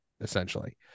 essentially